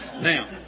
Now